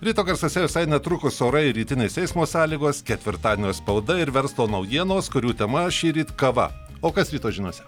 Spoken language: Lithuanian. ryto garsuose visai netrukus orai rytinės eismo sąlygos ketvirtadienio spauda ir verslo naujienos kurių tema šįryt kava o kas ryto žiniose